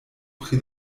pri